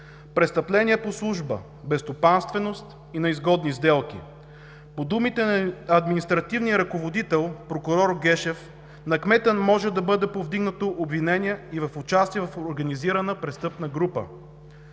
Престъпление по служба, безстопанственост и неизгодни сделки. По думите на административния ръководител – прокурор Гешев, на кмета може да бъде повдигнато обвинение и за участие в организирана престъпна група.